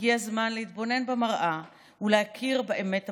הגיע הזמן להתבונן במראה ולהכיר באמת הפשוטה: